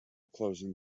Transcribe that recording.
closing